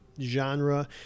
genre